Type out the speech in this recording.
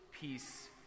Peace